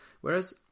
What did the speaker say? whereas